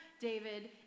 David